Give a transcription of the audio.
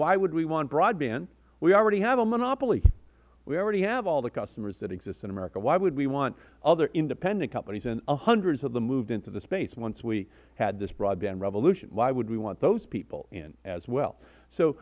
why would we want broadband we already have a monopoly we already have all the customers that exist in america why would we want other independent companies and hundreds of them moved into this space once we had this broadband revolution why would we want those people in as well so